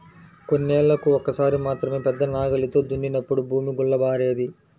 కొన్నేళ్ళకు ఒక్కసారి మాత్రమే పెద్ద నాగలితో దున్నినప్పుడు భూమి గుల్లబారేది